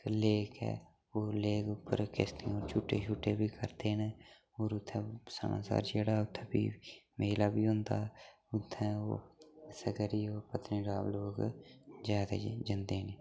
lake ऐ ओह् lake उप्पर किश्तियें झूह्टे शूह्टे बी करदे न होर उ'त्थें सनासर जेह्ड़ा उ'त्थें भी मेला बी होन्दा उ'त्थें ओह् इस्सै करियै पत्नीटॉप लोग जाद ज़न्दे न